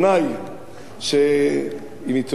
עם עיתונאי, דניאל,